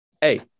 Hey